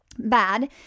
Bad